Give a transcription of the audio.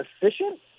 efficient